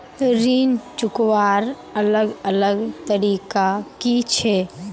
ऋण चुकवार अलग अलग तरीका कि छे?